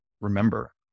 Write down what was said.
remember